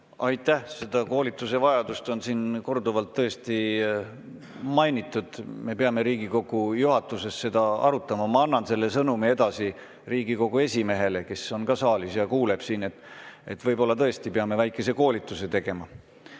Aitäh! Selle koolituse vajadust on siin korduvalt tõesti mainitud. Me peame Riigikogu juhatuses seda arutama. Ma annan selle sõnumi edasi Riigikogu esimehele, kes on praegu küll ka saalis ja kuuleb seda. Võib-olla tõesti peame väikese koolituse tegema